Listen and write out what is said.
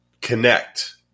connect